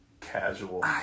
Casual